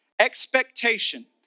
expectation